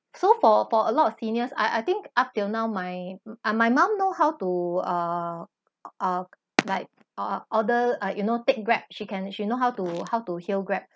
so for for a lot of seniors I I think up till now my my mom knows how to uh uh like uh order ah you know take grab she can she know how to how to hail grab